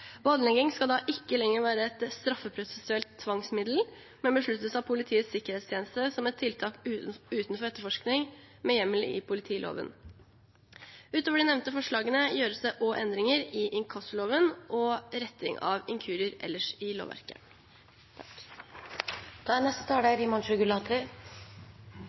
Båndlegging skal da ikke lenger være et straffeprosessuelt tvangsmiddel, men besluttes av Politiets sikkerhetstjeneste som et tiltak utenfor etterforskning med hjemmel i politiloven. Utover de nevnte forslagene, gjøres det også endringer i inkassoloven, og retting av inkurier ellers i lovverket. Jeg er